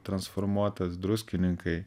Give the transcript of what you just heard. transformuotas druskininkai